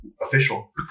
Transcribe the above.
official